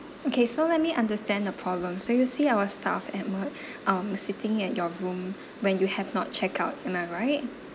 okay so let me understand the problem so you see our staff edward um sitting at your room when you have not check out am I right